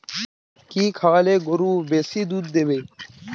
কি খাওয়ালে গরু বেশি দুধ দেবে?